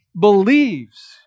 believes